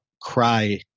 cry